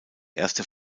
erste